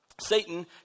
Satan